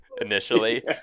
initially